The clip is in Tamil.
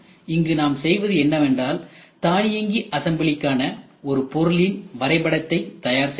இங்கு நாம் செய்வது என்னவென்றால் தானியங்கி அசம்பிளிக்காக ஒருபொருளின் வரைபடத்தை தயார் செய்கிறோம்